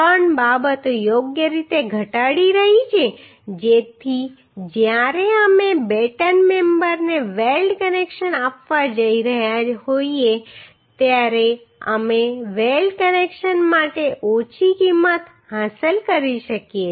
ત્રણ બાબતો યોગ્ય રીતે ઘટાડી રહી છે જેથી જ્યારે અમે બેટન મેમ્બરને વેલ્ડ કનેક્શન આપવા જઈ રહ્યા હોઈએ ત્યારે અમે વેલ્ડ કનેક્શન માટે ઓછી કિંમત હાંસલ કરી શકીએ છીએ